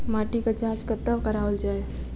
माटिक जाँच कतह कराओल जाए?